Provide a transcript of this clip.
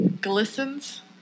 glistens